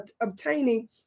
obtaining